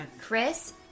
Chris